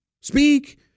speak